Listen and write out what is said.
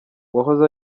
uwahoze